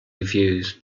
reviews